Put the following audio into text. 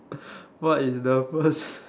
what is the first